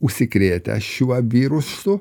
užsikrėtę šiuo virusu